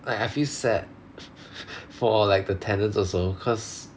I I feel sad f~ for like the tenants also cause